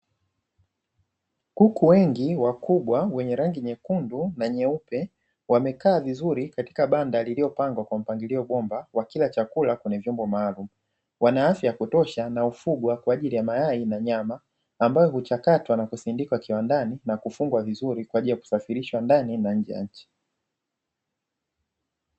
Kuku wengi wakubwa wenye rangi nyekundu na nyeupe, wamekaa vizuri katika banda lililopangwa kwa mpangilio bomba wakila chakula kwenye vyombo maalumu, wana afya ya kutosha na hufugwa kwa ajili ya mayai na nyama ambayo huchakatwa na kusindikwa kiwandani, na kufungwa vizuri kwa ajili ya kusafirisha ndani na nje ya nchi.